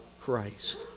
Christ